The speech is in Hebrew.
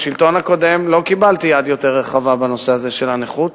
בשלטון הקודם לא קיבלתי יד יותר רחבה בנושא הזה של הנכות,